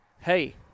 hey